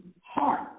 heart